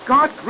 God